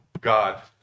God